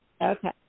Okay